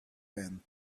band